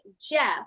Jeff